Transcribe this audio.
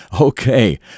Okay